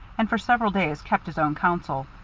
and for several days kept his own counsel.